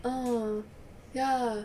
oh ya